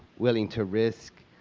willing to risk,